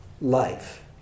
life